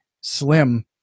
slim